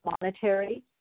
monetary